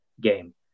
game